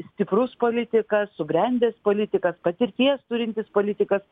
stiprus politikas subrendęs politikas patirties turintis politikas